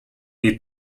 need